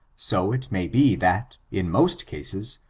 so it may be that, in most cases,